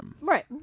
Right